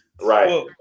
Right